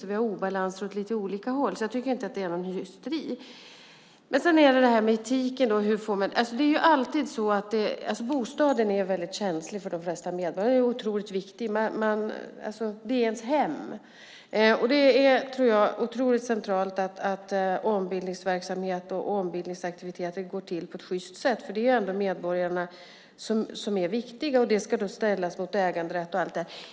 Så vi har obalanser åt lite olika håll. Jag tycker inte att det är någon hysteri. Sedan var det detta med etiken. Bostadsfrågan är väldigt känslig för de flesta medborgare. Bostaden är otroligt viktig; den är ens hem. Och jag tror att det är otroligt centralt att ombildningsverksamhet och ombildningsaktiviteter går till på ett sjyst sätt. Det är ändå medborgarna som är viktiga, och detta ska då ställas mot äganderätt och allt det här.